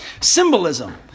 symbolism